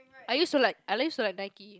I used to like I used to like Nike